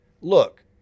look